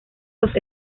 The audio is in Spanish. los